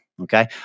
Okay